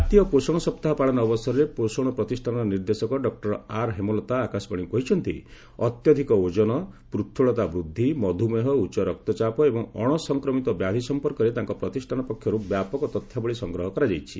ଜାତୀୟ ପୋଷଣ ସପ୍ତାହ ପାଳନ ଅବସରରେ ପୋଷଣ ପ୍ରତିଷ୍ଠାନର ନିର୍ଦ୍ଦେଶକ ଡକ୍କର ଆର୍ ହେମଲତା ଆକାଶବାଣୀକୁ କହିଛନ୍ତି ଅତ୍ୟଧିକ ଓଜନ ପ୍ରଥୁଳତା ବୃଦ୍ଧି ମଧୁମେହ ଉଚ୍ଚରକ୍ତଚାପ ଏବଂ ଅଣସଂକ୍ରମିତ ବ୍ୟାଧି ସମ୍ପର୍କରେ ତାଙ୍କ ପ୍ରତିଷାନ ପକ୍ଷରୁ ବ୍ୟାପକ ତଥ୍ୟାବଳୀ ସଂଗ୍ରହ କରାଯାଇଛି